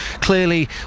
clearly